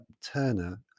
Turner